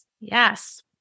Yes